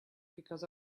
because